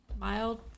mild